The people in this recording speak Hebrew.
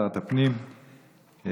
שרת הפנים,